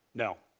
no.